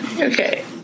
Okay